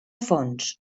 fonts